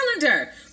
calendar